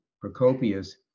Procopius